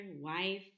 wife